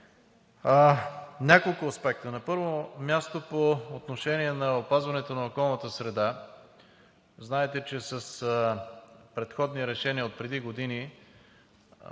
Няколко аспекта. На първо място – по отношение на опазването на околната среда. Знаете, че с предходни решения отпреди години